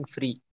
Free